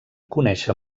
conèixer